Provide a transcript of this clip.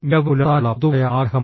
മികവ് പുലർത്താനുള്ള പൊതുവായ ആഗ്രഹം